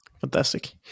fantastic